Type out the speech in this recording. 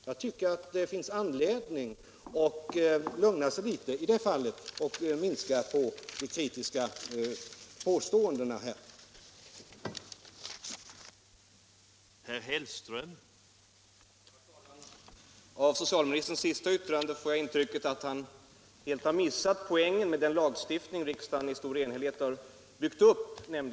Jag tycker att det finns anledning att lugna sig litet och att vara mindre kritisk i påståendena i det här fallet.